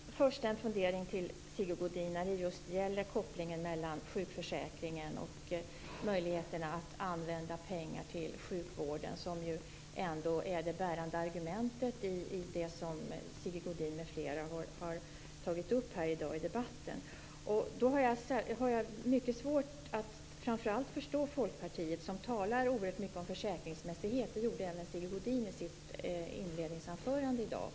Herr talman! Först en fundering till Sigge Godin när det gäller kopplingen mellan sjukförsäkringen och möjligheten att använda pengar till sjukvården, som ju är det bärande argumentet i det som Sigge Godin m.fl. har tagit upp i dag i debatten. Jag har mycket svårt att förstå framför allt Folkpartiet, som talar oerhört mycket om försäkringsmässighet. Det gjorde även Sigge Godin i sitt inledningsanförande i dag.